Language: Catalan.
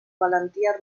valentia